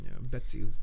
Betsy